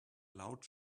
loud